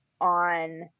on –